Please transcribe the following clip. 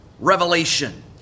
Revelation